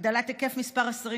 הגדלת היקף מספר השרים,